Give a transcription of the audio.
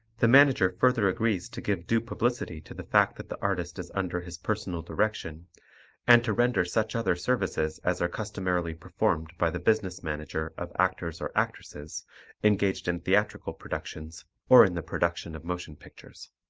the manager further agrees to give due publicity to the fact that the artist is under his personal direction and to render such other services as are customarily performed by the business manager of actors or actresses engaged in theatrical productions or in the production of motion pictures.